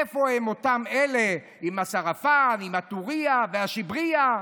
איפה הן אותן אלה עם הסרפן, עם הטורייה והשברייה?